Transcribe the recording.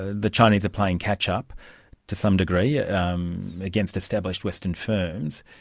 ah the chinese are playing catch-up to some degree yeah um against established western firms.